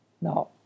No